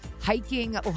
hiking